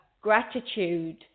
gratitude